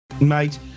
Mate